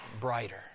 brighter